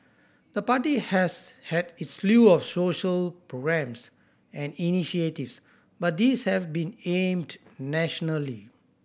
the party has had its slew of social programmes and initiatives but these have been aimed nationally